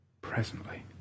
Presently